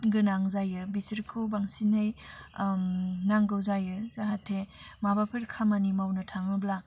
गोनां जायो बिसोरखौ बांसिनै नांगौ जायो जाहाथे माबाफोर खामानि मावनो थाङोब्ला